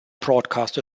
broadcast